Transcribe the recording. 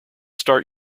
start